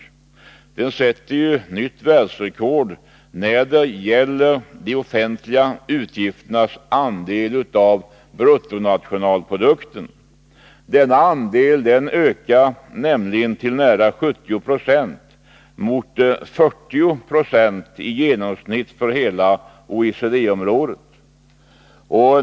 Regeringen sätter ju nytt världsrekord när det gäller de offentliga utgifternas andel av bruttonationalprodukten. Denna andel ökar nämligen till nära 70 Zo mot 40 96 i genomsnitt för hela OECD-området.